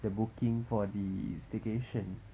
the booking for the staycation